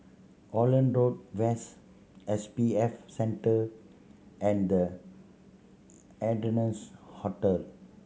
Holland Road West S B F Center and The Ardennes Hotel